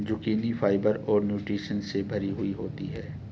zucchini fibre और nutritions से भरी हुई होती है